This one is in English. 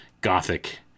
Gothic